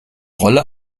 rolle